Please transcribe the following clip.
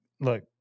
look